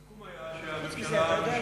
הסיכום היה שהממשלה, במועד אחר.